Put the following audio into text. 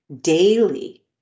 daily